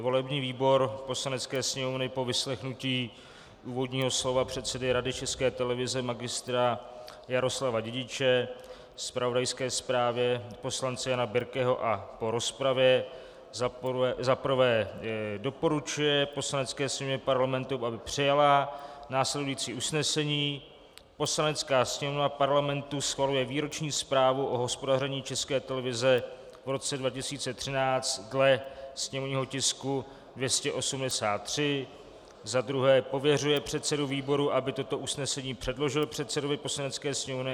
Volební výbor Poslanecké sněmovny po vyslechnutí úvodního slova předsedy Rady České televize magistra Jaroslava Dědiče, zpravodajské zprávě poslance Jana Birkeho a po rozpravě za prvé doporučuje Poslanecké sněmovně Parlamentu, aby přijala následující usnesení: Poslanecká sněmovna Parlamentu schvaluje výroční zprávu o hospodaření České televize v roce 2013 dle sněmovního tisku 283; za druhé pověřuje předsedu výboru, aby toto usnesení předložil předsedovi Poslanecké sněmovny;